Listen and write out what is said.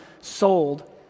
sold